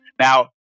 Now